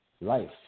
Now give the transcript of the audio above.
life